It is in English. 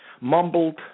mumbled